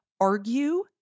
argue